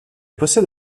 possède